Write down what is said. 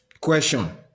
question